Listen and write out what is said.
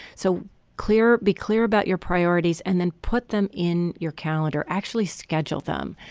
so clear be clear about your priorities and then put them in your calendar actually schedule them.